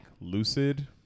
Lucid